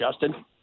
Justin